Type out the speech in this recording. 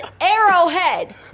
arrowhead